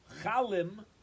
Chalim